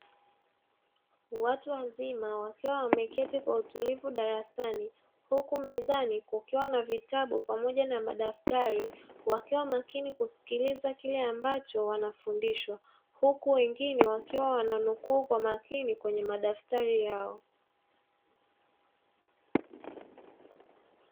Watu wazima wakiwa wameketi kwa utulivu darasani, huku mezani kukiwa na vitabu pamoja na madaftari, wakiwa makini kusikiliza kile ambacho wanafundishwa, huku wengine wakiwa wananukuu kwa makini kwenye madaftari yao.